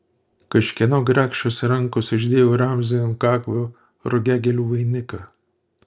kažkieno grakščios rankos uždėjo ramziui ant kaklo rugiagėlių vainiką